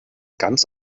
ganz